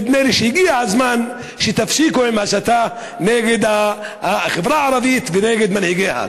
נדמה לי שהגיע הזמן שתפסיקו עם ההסתה נגד החברה הערבית ונגד מנהיגיה.